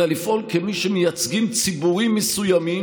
אלא לפעול כמי שמייצגים ציבורים מסוימים